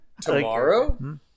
Tomorrow